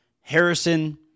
Harrison